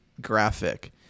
graphic